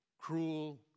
cruel